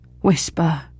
whisper